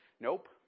Nope